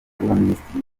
y‟abaminisitiri